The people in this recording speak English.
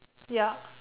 yup